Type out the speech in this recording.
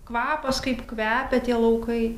kvapas kaip kvepia tie laukai